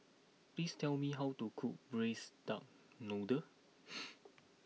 please tell me how to cook Braised Duck Noodle